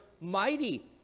mighty